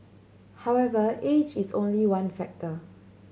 however age is only one factor